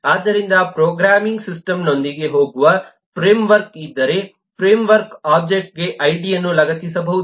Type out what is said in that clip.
ಆದ್ದರಿಂದ ಪ್ರೋಗ್ರಾಮಿಂಗ್ ಸಿಸ್ಟಮ್ನೊಂದಿಗೆ ಹೋಗುವ ಫ್ರೇಮ್ವರ್ಕ್ ಇದ್ದರೆ ಫ್ರೇಮ್ವರ್ಕ್ ಒಬ್ಜೆಕ್ಟ್ಗೆ ಐಡಿಯನ್ನು ಲಗತ್ತಿಸಬಹುದು